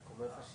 של